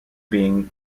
being